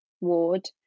ward